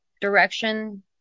direction